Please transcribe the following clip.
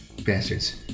Bastards